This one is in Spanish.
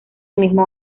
mismo